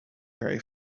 very